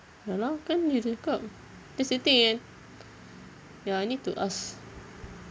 ya lah kan dia cakap that's the thing eh ya need to ask